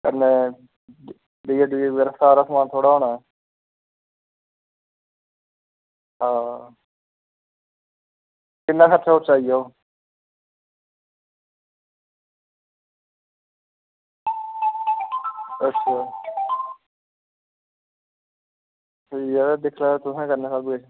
कन्नै डीजे बगैरा सारा समान थुआढ़ा होना आं किन्ना खर्चा आई जाह्ग अच्छा ठीक ऐ तुसें करना सबकिश